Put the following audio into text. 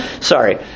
sorry